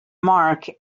marc